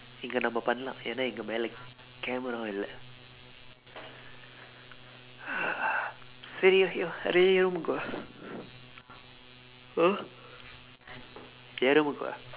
இங்க நம்ம பண்ணலா ஏன்னா இங்க மேலே:ingka namma pannalaa eennaa ingka meelee cameralaa இல்ல:illa சரி:sari !huh! இறங்குப்பா:irangkuppaa